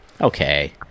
Okay